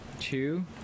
two